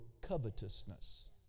covetousness